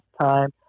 Time